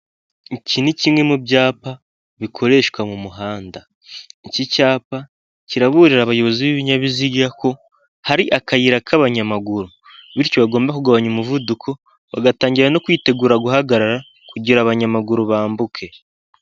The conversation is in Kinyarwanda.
Iki ni kimwe mu byapa bikoreshwa mu muhanda, iki cyapa kiraburira abayobozi b'ibinyabiziga ko hari akayira k'abanyamaguru bityo bagomba kugabanya umuvuduko bagatangira no kwitegura guhagarara kugira abanyamaguru bambuke.